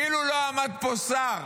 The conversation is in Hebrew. כאילו לא עמד פה שר,